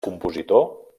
compositor